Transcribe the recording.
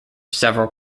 several